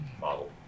model